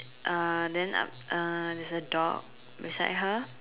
uh then uh uh there's a dog beside her